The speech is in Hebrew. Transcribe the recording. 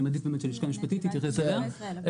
אני מעדיף שהלשכה המשפטית תתייחס אליהם.